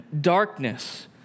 darkness